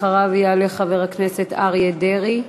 אחריו יעלה חבר הכנסת אריה דרעי.